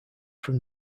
from